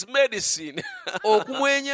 medicine